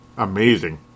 Amazing